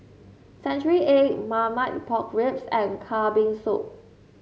Century Egg Marmite Pork Ribs and Kambing Soup